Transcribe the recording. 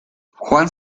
juan